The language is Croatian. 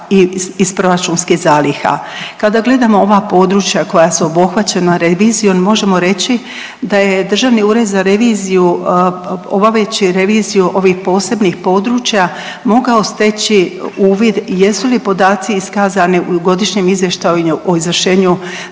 Kada gledamo ova područja koja su obuhvaćena revizijom možemo reći da je Državni ured za reviziju .../Govornik se ne razumije./... reviziju ovih posebnih područja mogao steći uvid jesu li podaci iskazani u Godišnjem izvještaju o izvršenju